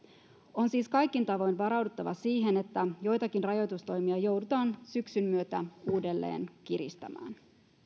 on siis kaikin tavoin varauduttava siihen että joitakin rajoitustoimia joudutaan syksyn myötä uudelleen kiristämään